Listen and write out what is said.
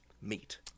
meet